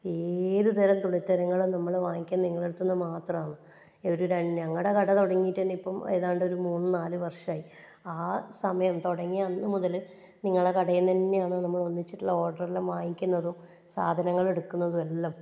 ഏതുതരം തുണിത്തരങ്ങളും നമ്മൾ വാങ്ങിക്കുന്നത് നിങ്ങള അടുത്തുന്ന് മാത്രമാണ് ഒരു രാ ഞങ്ങളെ കട തുടങ്ങിയിട്ട്തന്നെ ഇപ്പം ഏതാണ്ട് ഒരു മൂന്ന് നാല് വർഷമയി ആ സമയം തുടങ്ങിയ അന്നുമുതൽ നിങ്ങളെ കടയിന്നന്നെയാണ് നമ്മൾ ഒന്നിച്ചിട്ടുള്ള ഓർഡർ എല്ലാം വാങ്ങിക്കുന്നതും സാധനങ്ങൾ എടുക്കുന്നതും എല്ലാം